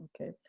Okay